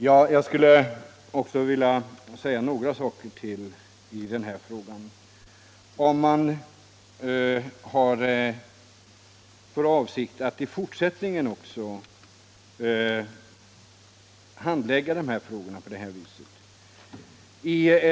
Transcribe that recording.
Herr talman! Jag vill säga några saker till i den här frågan. Man kan undra om regeringen har för avsikt att också i fortsättningen handlägga dessa frågor på det sätt den har gjort.